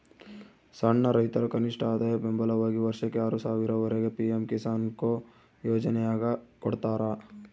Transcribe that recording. ಸಣ್ಣ ರೈತರ ಕನಿಷ್ಠಆದಾಯ ಬೆಂಬಲವಾಗಿ ವರ್ಷಕ್ಕೆ ಆರು ಸಾವಿರ ವರೆಗೆ ಪಿ ಎಂ ಕಿಸಾನ್ಕೊ ಯೋಜನ್ಯಾಗ ಕೊಡ್ತಾರ